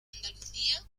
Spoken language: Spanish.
andalucía